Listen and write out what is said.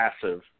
passive